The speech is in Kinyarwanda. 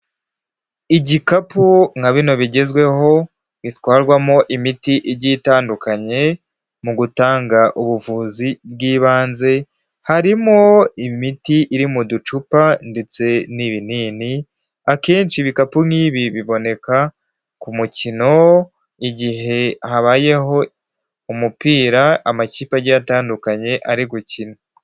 Igikapu nka bino bigezweho bitwarwamo imiti igi itandukanye mu gutanga ubuvuzi bw'ibanze, harimo imiti iri mu ducupa ndetse n'ibinini, akenshi ibikapu nk'ibi biboneka ku mukino, igihe habayeho umupira, amakipe agiye atandukanye ari gukina.